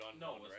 No